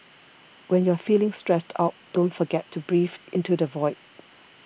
when you are feeling stressed out don't forget to breathe into the void